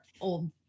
old